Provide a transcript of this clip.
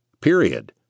period